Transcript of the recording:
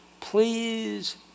Please